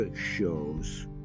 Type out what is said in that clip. shows